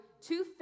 two